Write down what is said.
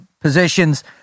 positions